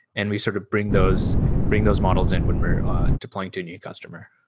and we sort of bring those bring those models in when we're deploying to a new customer